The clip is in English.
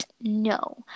No